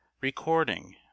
Recording